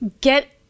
get